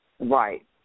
Right